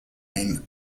and